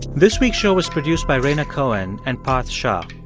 this week's show was produced by rhaina cohen and parth shah.